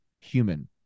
human